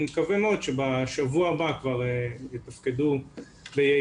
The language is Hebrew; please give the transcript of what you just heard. אני מקווה מאוד שבשבוע הבא כבר יתפקדו ביעילות.